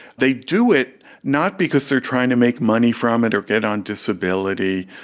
they do it not because they are trying to make money from it or get on disability,